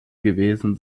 gewesen